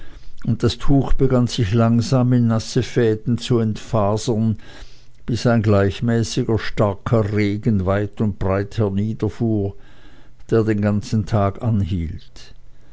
und das tuch begann sich langsam in nasse fäden zu entfasern bis ein gleichmäßiger starker regen weit und breit herniederfuhr der den ganzen tag anhielt